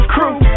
Crew